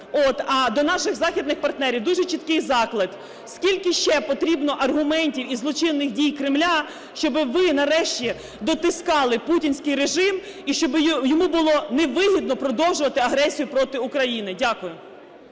А до наших західних партнерів дуже чіткий заклик: скільки ще потрібно аргументів і злочинних дій Кремля, щоб ви, нарешті, дотискали путінський режим і щоб йому було невигідно продовжувати агресію проти України?! Дякую.